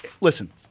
listen